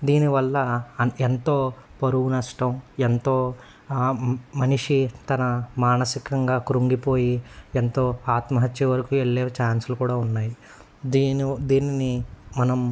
దీనివల్ల ఎంతో పొరుగు నష్టం ఎంతో మనిషి తన మానసికంగా కుృంగిపోయి ఎంతో ఆత్మహత్య వరకు వెళ్లే ఛాన్సులు కూడా ఉన్నాయి దీని దీనిని మనం